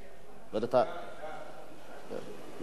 אני מציע, אדוני היושב-ראש,